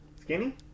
Skinny